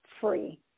free